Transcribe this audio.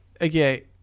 Okay